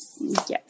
Yes